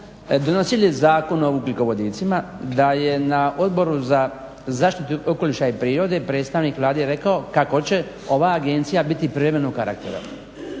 donosili Zakon o ugljikovodicima da je na Odboru zaštite okoliša i prirode predstavnik Vlade rekao kako će ova agencija biti prijevremenog karaktera.